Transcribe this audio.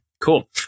cool